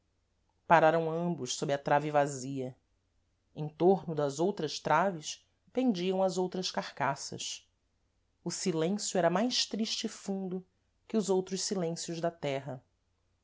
pararam ambos sob a trave vazia em tôrno das outras traves pendiam as outras carcassas o silêncio era mais triste e fundo que os outros silêncios da terra